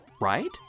right